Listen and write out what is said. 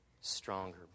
stronger